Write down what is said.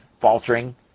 faltering